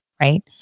right